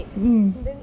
mm